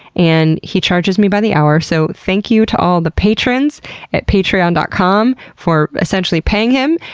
and he charges me by the hour, so thank you to all the patrons at patreon dot com for essentially paying him,